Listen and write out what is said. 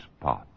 path